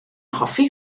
hoffi